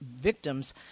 victims